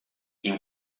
ihm